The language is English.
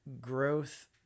growth